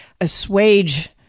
assuage